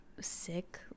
sick